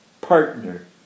partner